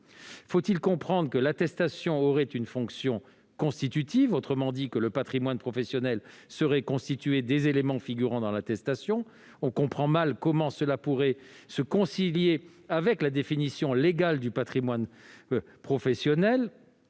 Faut-il comprendre que l'attestation aurait une fonction constitutive, autrement dit que le patrimoine professionnel serait constitué des éléments figurant dans l'attestation ? On comprend mal comment cela pourrait se concilier avec la définition légale du patrimoine professionnel.